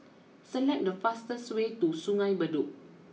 select the fastest way to Sungei Bedok